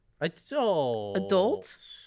Adult